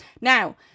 now